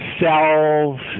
cells